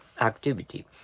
Activity